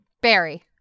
Barry